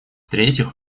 третьих